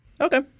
Okay